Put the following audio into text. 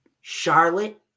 Charlotte